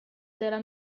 della